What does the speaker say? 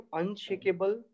unshakable